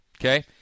Okay